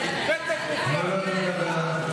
נתק מוחלט.